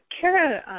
Kara